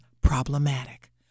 problematic